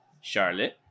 Charlotte